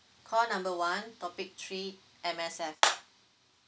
call number one topic three M_S_F